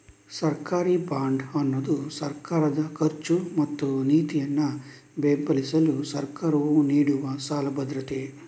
ಸರ್ಕಾರಿ ಬಾಂಡ್ ಅನ್ನುದು ಸರ್ಕಾರದ ಖರ್ಚು ಮತ್ತು ನೀತಿಯನ್ನ ಬೆಂಬಲಿಸಲು ಸರ್ಕಾರವು ನೀಡುವ ಸಾಲ ಭದ್ರತೆ